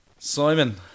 Simon